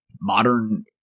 Modern